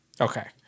Okay